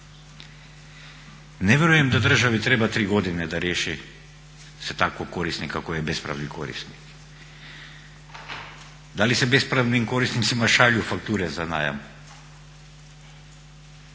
Ne vjerujem da državi treba 3 godine da riješi se takvog korisnika koji je bespravni korisnik. Da li se bespravnim korisnicima šalju fakture za najam?